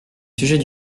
sujet